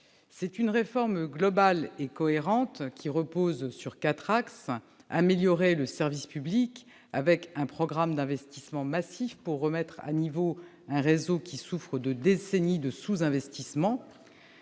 Cette réforme globale et cohérente repose sur quatre axes : améliorer le service public, avec un programme d'investissements massifs pour remettre à niveau un réseau qui souffre de décennies de sous-investissement